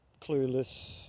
clueless